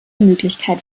möglichkeit